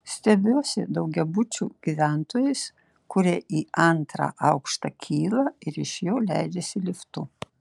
stebiuosi daugiabučių gyventojais kurie į antrą aukštą kyla ir iš jo leidžiasi liftu